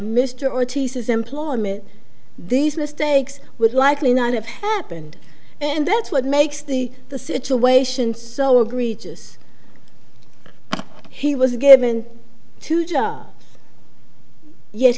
ortiz's employment these mistakes would likely not have happened and that's what makes the the situation so agree just he was given to job ye